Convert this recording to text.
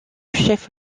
chef